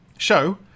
show